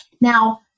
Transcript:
Now